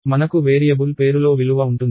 మనకు వేరియబుల్ పేరులో విలువ ఉంటుంది